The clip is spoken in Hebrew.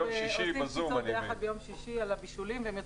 אם אנחנו לא נתעורר היום נמצא את עצמנו בשנים הקרובות שאנחנו לא שם.